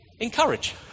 encourage